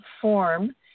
form